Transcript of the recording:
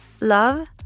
Love